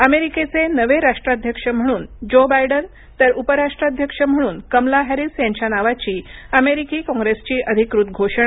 अमेरिकेचे नवे राष्ट्राध्यक्ष म्हणून ज्यो बायडन तर उपराष्ट्राध्यक्ष म्हणून कमला हॅरीस यांच्या नावाची अमेरिकी काँग्रेसची अधिकृत घोषणा